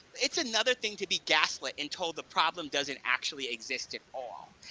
it's another thing to be gaslit and told the problem doesn't actually exist at all.